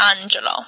angelo